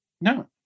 No